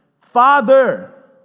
Father